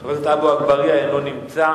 חבר הכנסת עפו אגבאריה, אינו נמצא.